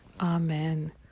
Amen